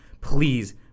please